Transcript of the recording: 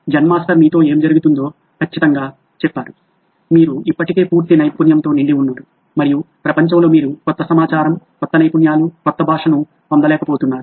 జెన్ master మీతో ఏమి జరుగుతుందో ఖచ్చితంగా చెప్పారు మీరు ఇప్పటికే పూర్తి నైపుణ్యంతో నిండి ఉన్నారు మరియు ప్రపంచం లో మీరు కొత్త సమాచారం కొత్త నైపుణ్యాలు కొత్త భాషను పొందలేకబోతున్నారు